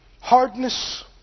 hardness